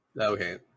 Okay